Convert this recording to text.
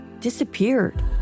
disappeared